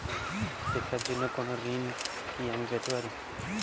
শিক্ষার জন্য কোনো ঋণ কি আমি পেতে পারি?